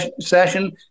session